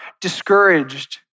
discouraged